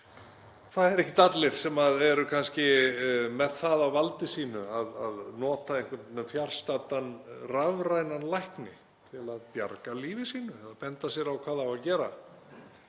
Það eru ekkert allir sem eru með það á valdi sínu að nota einhvern fjarstaddan rafrænan lækni til að bjarga lífi sínu, að benda sér á hvað eigi að gera.